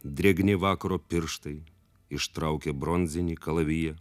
drėgni vakaro pirštai ištraukė bronzinį kalaviją